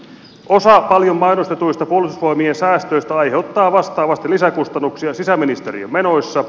osa paljon mainostetuista puolustusvoimien säästöistä aiheuttaa vastaavasti lisäkustannuksia sisäministeriön menoissa